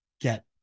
get